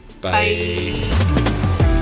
Bye